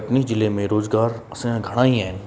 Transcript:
कटनी ज़िले में रोज़गारु असांजा घणा ई आहिनि